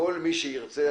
כל מי שירצה.